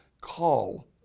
call